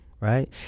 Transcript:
Right